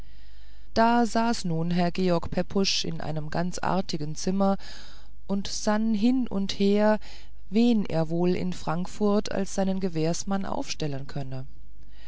da saß nun herr george pepusch in einem ganz artigen zimmer und sann hin und her wen er wohl in frankfurt als seinen gewährsmann aufstellen könne